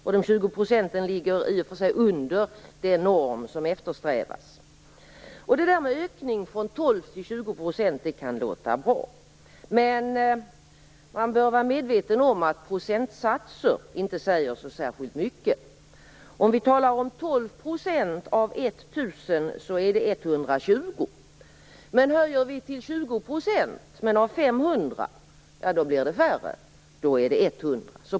Dessa 20 % ligger i och för sig under den norm som eftersträvas. Detta med en ökning från 12 % till 20 % kan låta bra, men man bör vara medveten om att procentsatser inte säger så särskilt mycket. Om vi talar om 12 % av 1 000 är det 120. Men höjer vi till 20 % men av 500, blir det färre. Då är det 100.